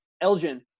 Elgin